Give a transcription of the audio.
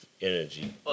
energy